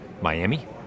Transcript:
Miami